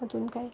अजून काय